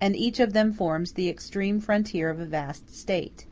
and each of them forms the extreme frontier of a vast state